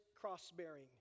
cross-bearing